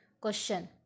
Question